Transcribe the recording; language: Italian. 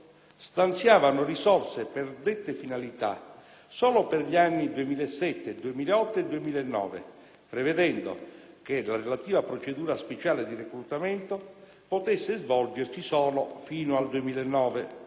stanziavano risorse per dette finalità solo per gli anni 2007, 2008 e 2009, prevedendo che la relativa procedura speciale di reclutamento potesse svolgersi solo fino al 2009